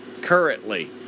currently